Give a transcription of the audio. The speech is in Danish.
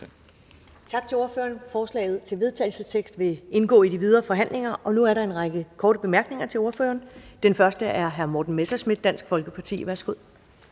Tak til ordføreren. Forslaget til vedtagelse vil indgå i de videre forhandlinger. Nu er der en række korte bemærkninger til ordføreren. Den første er fra hr. Morten Messerschmidt, Dansk Folkeparti. Værsgo.